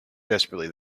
desperately